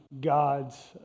God's